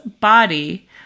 body